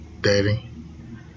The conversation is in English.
dating